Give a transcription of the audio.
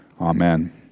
Amen